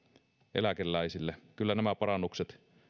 eläkeläisille kyllä nämä parannukset